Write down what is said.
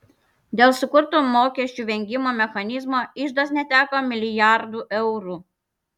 dėl sukurto mokesčių vengimo mechanizmo iždas neteko milijardų eurų